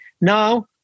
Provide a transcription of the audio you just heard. now